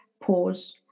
pause